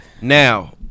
Now